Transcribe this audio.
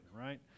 right